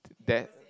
that